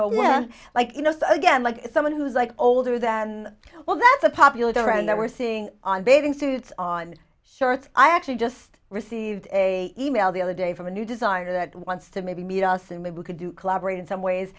again like you know again like someone who's like older than well that's a popular and that we're seeing on bathing suits on shirts i actually just received a e mail the other day from a new designer that wants to maybe meet us and we could do collaborate in some ways